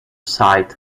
sight